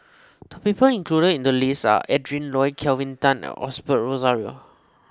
the people included in the list are Adrin Loi Kelvin Tan and Osbert Rozario